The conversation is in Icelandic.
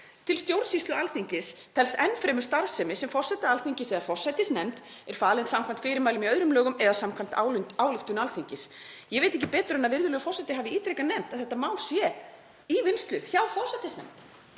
Til stjórnsýslu Alþingis telst enn fremur starfsemi sem forseta Alþingis eða forsætisnefnd er falin samkvæmt fyrirmælum í öðrum lögum eða samkvæmt ályktun Alþingis.“ Ég veit ekki betur en að virðulegur forseti hafi ítrekað nefnt að þetta mál sé í vinnslu hjá forsætisnefnd.